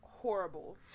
horrible